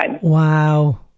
wow